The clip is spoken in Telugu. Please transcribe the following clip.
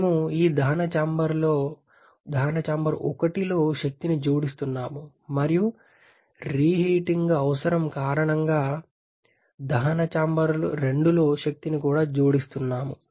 మేము ఈ దహన చాంబర్ 1లో శక్తిని జోడిస్తున్నాము మరియు రీహీటింగ్ అవసరం కారణంగా దహన చాంబర్ 2లో శక్తిని కూడా జోడిస్తున్నాము